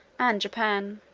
and japan.